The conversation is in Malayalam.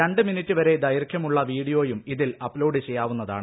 രണ്ട് മിനിട്ട് വരെ ദൈർഘ്യമുള്ള വീഡിയോയും ഇതിൽ അപ്ലോഡ് ചെയ്യാവുന്നതാണ്